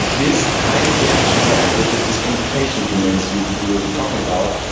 this times the actual gas, which is just computation units you you were talking about,